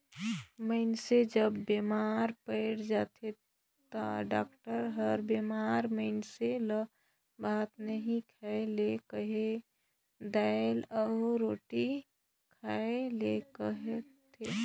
मइनसे जब बेमार पइर जाथे ता डॉक्टर हर बेमार मइनसे ल भात नी खाए ले कहेल, दाएल अउ रोटी खाए ले कहथे